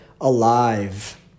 alive